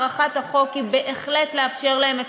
הארכת החוק היא בהחלט כדי לאפשר להם את